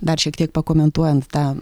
dar šiek tiek pakomentuojant tą